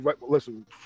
listen